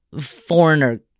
foreigner